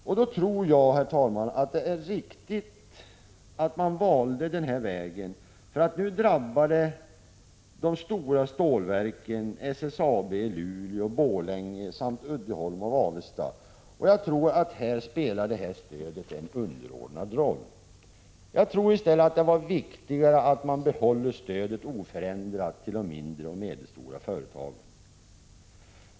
Jag tror, herr talman, att det var riktigt att välja denna väg. Nu drabbas de stora stålverken, SSAB i Luleå och Borlänge samt Uddeholm och Avesta. För dem spelar stödet en underordnad roll. Det är nog viktigare att vi behåller stödet oförändrat till de mindre och medelstora företagen.